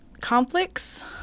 conflicts